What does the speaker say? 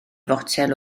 fotel